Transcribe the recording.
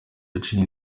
yaciye